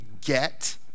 get